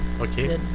Okay